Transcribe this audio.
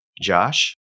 Josh